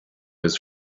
his